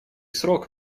срок